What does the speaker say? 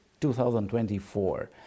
2024